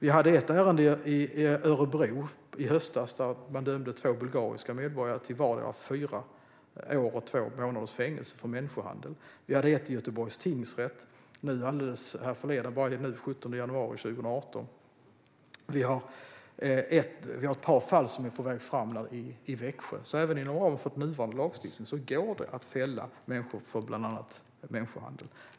I ett ärende i Örebro i höstas dömde man två bulgariska medborgare till vardera fyra år och två månaders fängelse för människohandel. Det var ett ärende i Göteborgs tingsrätt alldeles härförleden, den 17 januari 2018. Ett par fall är på väg fram i Växjö. Även inom ramen för nuvarande lagstiftning går det alltså att fälla människor för bland annat människohandel.